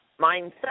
Mindset